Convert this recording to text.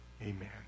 Amen